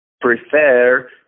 prefer